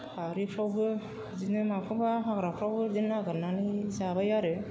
बारिफ्रावबो बिदिनो माखौबा हाग्राफ्राव बिदिनो नागिरनानै जाबाय आरो